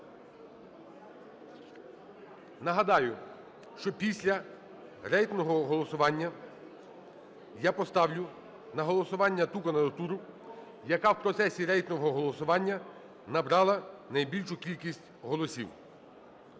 Нагадаю, що після рейтингового голосування я поставлю на голосування ту кандидатуру, яка в процесі рейтингового голосування набрала найбільшу кількість голосів.